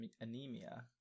anemia